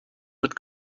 mit